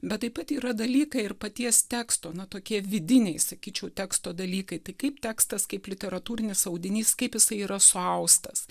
bet taip pat yra dalykai ir paties teksto na tokie vidiniai sakyčiau teksto dalykai tai kaip tekstas kaip literatūrinis audinys kaip jisai yra suaustas